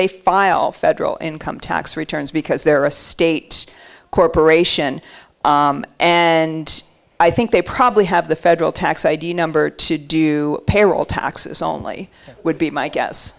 they file federal income tax returns because there are a state corporation and i think they probably have the federal tax id number to do payroll taxes only would be my guess